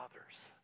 others